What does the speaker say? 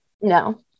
No